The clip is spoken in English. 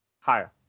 Higher